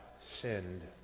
sinned